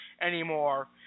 anymore